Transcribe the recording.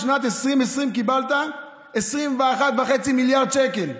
בשנת 2020 קיבלת 21.5 מיליארד שקל,